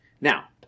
Now